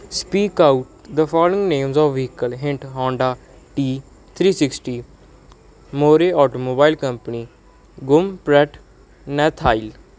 speak out the following names of vehicle hint Honda T three sixty more automobile company ਗੁਮ ਪਰਟ ਨੈਥਾਈਲ